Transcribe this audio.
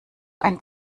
ein